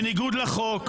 בניגוד לחוק,